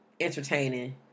entertaining